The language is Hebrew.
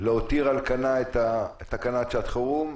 להעמיד על כנה את תקנת שעת החירום,